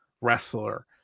wrestler